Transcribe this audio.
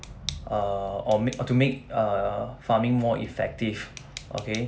uh or make oh to make uh farming more effective okay